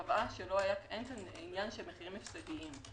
היא קבעה שאין פה עניין של מחירים הפסדיים.